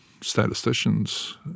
statisticians